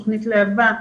תכנית להבה,